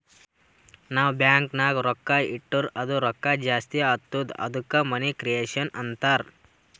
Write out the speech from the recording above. ನಾವ್ ಬ್ಯಾಂಕ್ ನಾಗ್ ರೊಕ್ಕಾ ಇಟ್ಟುರ್ ಅದು ರೊಕ್ಕಾ ಜಾಸ್ತಿ ಆತ್ತುದ ಅದ್ದುಕ ಮನಿ ಕ್ರಿಯೇಷನ್ ಅಂತಾರ್